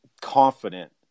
confident